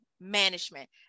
management